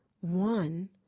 one